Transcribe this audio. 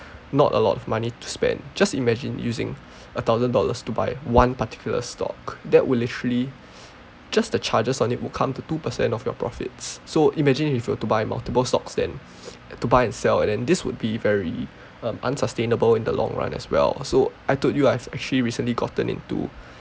not a lot of money to spend just imagine using a thousand dollars to buy one particular stock that will literally just the charges on it would come to two percent of your profits so imagine if you were to buy multiple stocks then to buy and sell and then this would be very um unsustainable in the long run as well so I told you I have actually recently gotten into